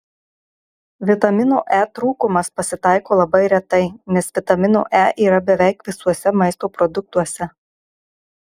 vitamino e trūkumas pasitaiko labai retai nes vitamino e yra beveik visuose maisto produktuose